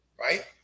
right